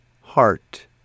heart